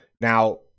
now